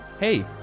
Hey